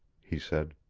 he said.